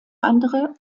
andere